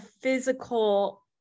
physical